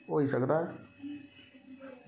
होई सकदा ऐ